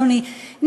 אדוני,